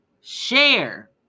share